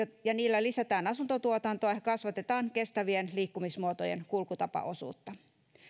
ja niillä lisätään asuntotuotantoa ja kasvatetaan kestävien liikkumismuotojen kulkutapaosuutta